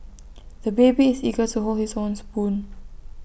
the baby is eager to hold his own spoon